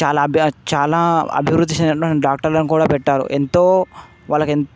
చాలా అభి చాలా అభివృద్ధి చెందిన డాక్టర్లను కూడా పెట్టారు ఎంతో వాళ్ళకి ఎం